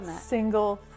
single